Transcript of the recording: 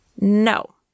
No